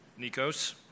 Nikos